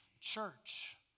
church